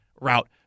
route